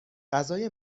غذای